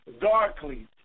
darkly